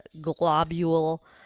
globule